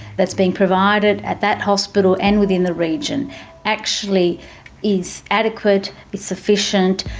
that's being provided at that hospital and within the region actually is adequate, is sufficient,